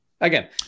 Again